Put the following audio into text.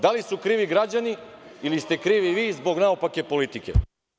Da li su krivi građani ili ste krivi vi zbog naopake politike?